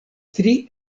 tri